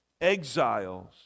exiles